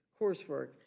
coursework